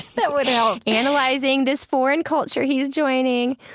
that would help analyzing this foreign culture he's joining.